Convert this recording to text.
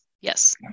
yes